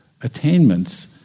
attainments